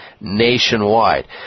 Nationwide